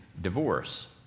divorce